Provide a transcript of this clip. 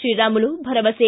ಶ್ರೀರಾಮುಲು ಭರವಸೆ